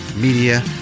Media